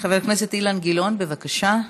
חבר הכנסת אילן גילאון, בבקשה.